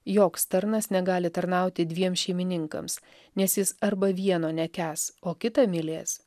joks tarnas negali tarnauti dviem šeimininkams nes jis arba vieno nekęs o kitą mylės